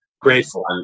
Grateful